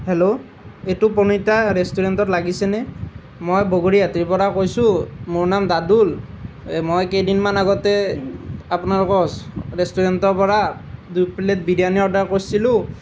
hello এইটো প্ৰণীতা ৰেষ্টুৰেণ্টত লাগিছেনে মই বগৰিআটিৰ পৰা কৈছোঁ মোৰ নাম দাদুল এ মই কেইদিনমান আগতে আপোনালোকৰ ৰেষ্টুৰেণ্টৰ পৰা দুই প্লেট বিৰিয়ানী অৰ্ডাৰ কৰিছিলোঁ